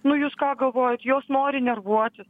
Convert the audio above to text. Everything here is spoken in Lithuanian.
nu jūs ką galvojat jos nori nervuotis